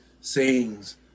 sayings